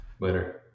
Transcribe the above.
Later